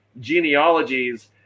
genealogies